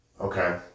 Okay